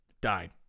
died